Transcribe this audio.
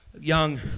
Young